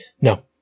No